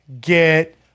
get